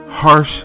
Harsh